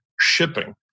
shipping